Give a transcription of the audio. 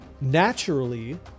naturally